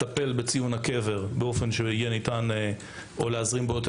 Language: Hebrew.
לטפל בציון הקבר באופן שיהיה ניתן להזרים בו יותר